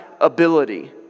ability